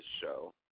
show